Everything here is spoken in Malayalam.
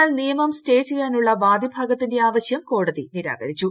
എന്നാൽ നിയമം സ്റ്റേ ചെയ്യാനുള്ള വാദി ഭാഗത്തിന്റെ ആവശ്യം കോടതി നിരാകരിച്ചു